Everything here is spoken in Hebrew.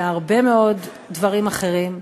בהרבה מאוד דברים אחרים,